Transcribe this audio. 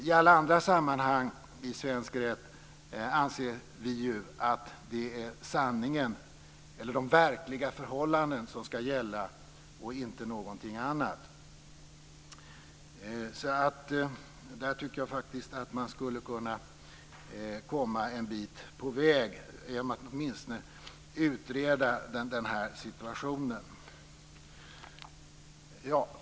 I alla andra sammanhang i svensk rätt anser man ju att det är sanningen och de verkliga förhållandena som ska gälla, och inte någonting annat. Här tycker jag att man skulle kunna komma en bit på väg genom att åtminstone utreda situationen.